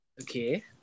Okay